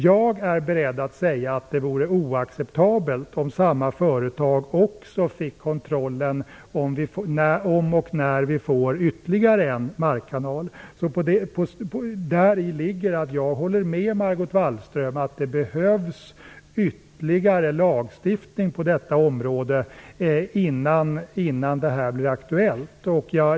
Jag är beredd att säga att det vore oacceptabelt om samma företag också fick kontroll om och när vi får en ytterligare markkanal. Däri ligger att jag håller med Margot Wallström att det behövs ytterligare lagstiftning på detta område innan detta blir aktuellt.